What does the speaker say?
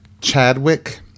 Chadwick